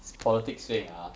this politics thing ah